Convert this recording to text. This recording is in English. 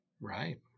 right